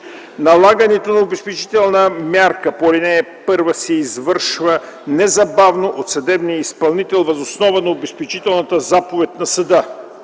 Налагането на обезпечителна мярка по ал. 1 се извършва незабавно от съдебния изпълнител въз основа на обезпечителната заповед на съда.